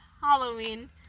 Halloween